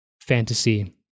fantasy